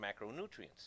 macronutrients